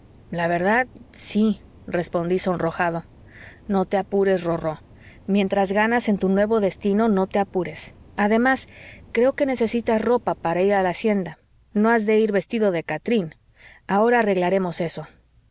la verdad sí respondí sonrojado no te apures rorró mientras ganas en tu nuevo destino no te apures además creo que necesitas ropa para ir a la hacienda no has de ir vestido de catrín ahora arreglaremos eso